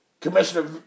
Commissioner